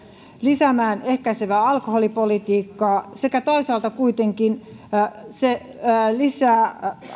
lisäämään ehkäisevää alkoholipolitiikkaa sekä toisaalta kuitenkin lisää